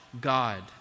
God